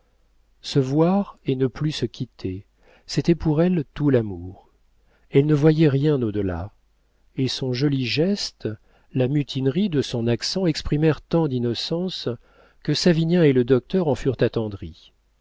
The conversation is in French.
se voir et ne plus se quitter c'était pour elle tout l'amour elle ne voyait rien au delà et son joli geste la mutinerie de son accent exprimèrent tant d'innocence que savinien et le docteur en furent attendris